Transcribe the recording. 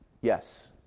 Yes